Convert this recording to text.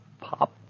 Pop